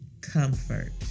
comfort